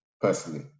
personally